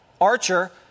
Archer